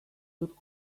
dut